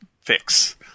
fix